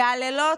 "והלילות,